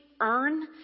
earn